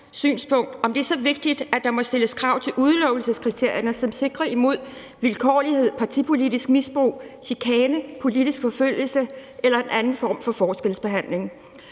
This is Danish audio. synspunkt er så vigtigt, at der må stilles krav til udelukkelseskriterierne, som sikrer imod vilkårlighed, partipolitisk misbrug, chikane, politisk forfølgelse eller en anden form for forskelsbehandling,